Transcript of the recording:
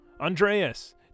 Andreas